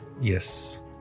Yes